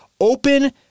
open